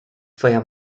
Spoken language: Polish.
twoja